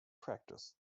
practice